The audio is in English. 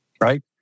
right